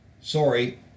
sorry